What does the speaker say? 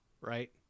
right